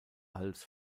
hals